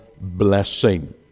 blessing